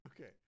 Okay